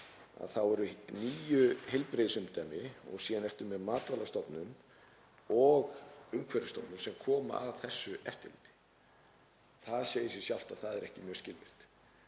þá eru níu heilbrigðisumdæmi og síðan ertu með Matvælastofnun og Umhverfisstofnun sem koma að þessu eftirliti. Það segir sig sjálft að það er ekki mjög skilvirkt.